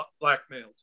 blackmailed